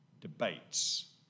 debates